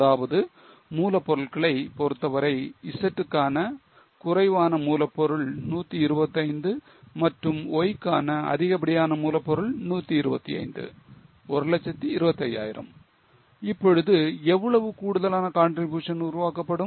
அதாவது மூலப்பொறுட்களை பொறுத்தவரை Z க்கான குறைவான மூலப்பொருள் 125 மற்றும் Y க்கான அதிகப்படியான மூலப்பொருள் 125 1 25000 இப்பொழுது எவ்வளவு கூடுதலான contribution உருவாக்கப்படும்